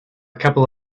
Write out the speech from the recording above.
couple